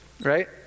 right